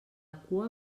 cua